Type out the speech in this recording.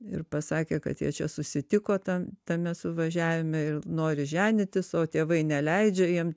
ir pasakė kad jie čia susitiko tam tame suvažiavime ir nori ženytis o tėvai neleidžia jiem